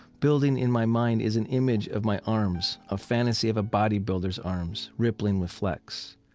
building in my mind is an image of my arms, a fantasy of a bodybuilder's arms rippling with flex.